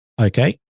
Okay